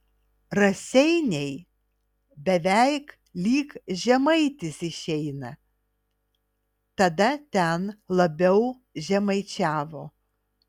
raseiniai beveik lyg žemaitis išeina tada ten labiau žemaičiavo